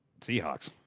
Seahawks